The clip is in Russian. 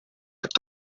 как